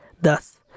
thus